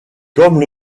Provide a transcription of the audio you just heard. comme